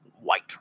white